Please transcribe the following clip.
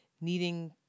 needing